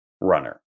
runner